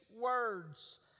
words